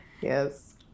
Yes